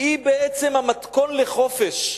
היא בעצם המתכון לחופש,